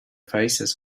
faces